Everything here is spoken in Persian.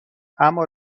اما